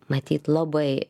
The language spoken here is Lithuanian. matyt labai